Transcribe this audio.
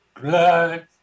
blood